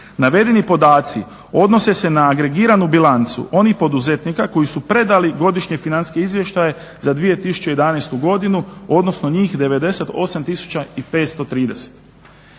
Navedeni podaci odnose se na agregiranu bilancu onih poduzetnika koji su predali Godišnji financijski izvještaj za 2011. godinu, odnosno njih 98